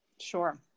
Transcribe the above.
Sure